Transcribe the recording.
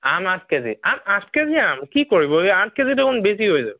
আম আঠ কেজি আম আঠ কেজি আম কি কৰিবহে আঠ কেজি দেখোন বেছি হৈ যাব